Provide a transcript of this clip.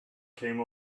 came